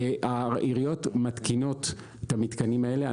העיריות מתקינות את המתקנים האלה.